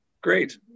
Great